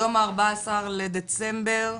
היום ה-14 בדצמבר,